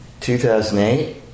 2008